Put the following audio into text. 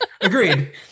Agreed